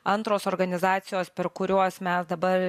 antros organizacijos per kuriuos mes dabar